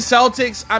Celtics